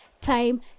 time